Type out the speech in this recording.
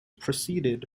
preceded